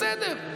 בסדר.